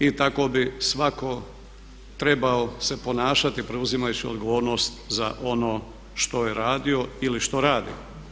I tako bi svatko trebao se ponašati preuzimajući odgovornost za ono što je radio ili što radi.